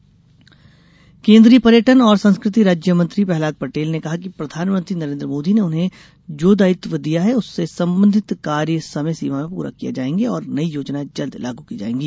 Patel PC केन्द्रीय पर्यटन और संस्कृति राज्य मंत्री प्रहलाद पटेल ने कहा कि प्रधानमंत्री नरेन्द्र मोदी ने उन्हें जो दायित्व दिया है उससे संबंधित कार्य समय सीमा में पूरे किये जाएंगे और नई योजनाएं जल्द लागू की जाएगी